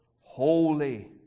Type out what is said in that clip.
Holy